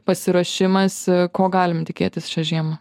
pasiruošimas ko galim tikėtis šią žiemą